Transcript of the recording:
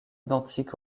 identique